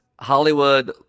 Hollywood